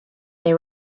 they